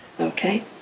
Okay